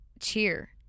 cheer